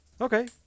Okay